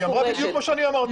היא אמרה בדיוק מה שאני אמרתי.